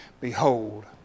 Behold